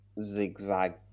zigzag